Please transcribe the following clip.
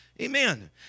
Amen